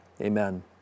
amen